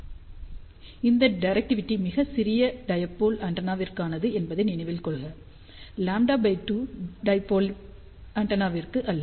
தயவு செய்து இந்த டிரெக்டிவிடி மிகச் சிறிய டைபோல் ஆண்டெனாவிற்கானது என்பதை நினைவில் கொள்க λ2 டைபோல் ஆண்டெனாவிற்கு அல்ல